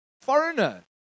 foreigner